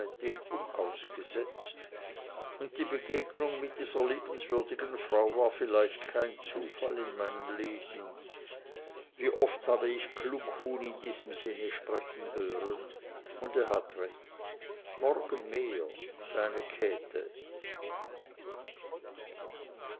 unausgesetzt und die begegnung mit dieser liebenswürdigen frau war vielleicht kein zufall in meinem leben wie oft habe ich kluckhuhn in diesem sinne sprechen hören und er hat recht morgen mehr deine käthe